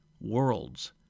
worlds